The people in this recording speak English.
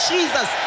Jesus